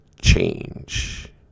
change